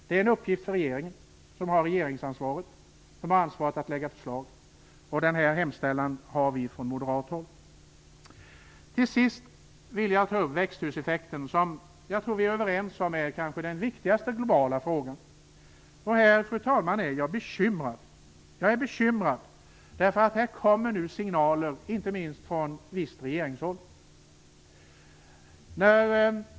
Det är en uppgift att lösa för regeringen, som har ansvaret för att lägga fram förslag. Denna hemställan gör vi från moderat håll. Till sist vill jag ta upp växthuseffekten, som jag tror att vi är överens om är den viktigaste globala frågan. Här är jag bekymrad, fru talman, över de signaler som ges, inte minst från visst regeringshåll.